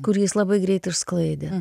kurį jis labai greit išsklaidė